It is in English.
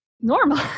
normal